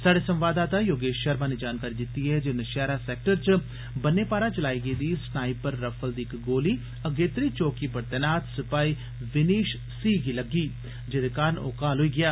स्हाढ़े संवाददाता योगेश शर्मा नै जानकारी दित्ती ऐ जे नशैरा सैक्टर च बन्ने पारा चलाई गेदी स्नाइपर रफल दी इक गोली अगेतरी चौकी पर तैनात सपाही विनीश सी गी लग्गी जेदे कारण ओ घायल होई गेआ